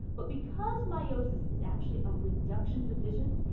but because meiosis is actually a reduction division,